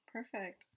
Perfect